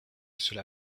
cela